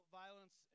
violence